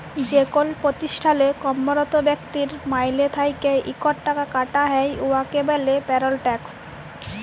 যেকল পতিষ্ঠালে কম্মরত ব্যক্তির মাইলে থ্যাইকে ইকট টাকা কাটা হ্যয় উয়াকে ব্যলে পেরল ট্যাক্স